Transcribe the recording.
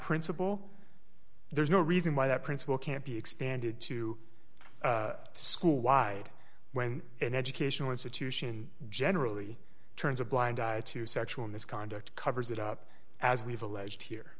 principle there's no reason why that principle can't be expanded to school wide when an educational institution generally turns a blind eye to sexual misconduct covers it up as we've alleged here